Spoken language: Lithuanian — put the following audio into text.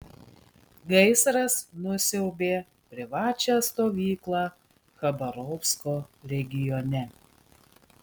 gaisras nusiaubė privačią stovyklą chabarovsko regione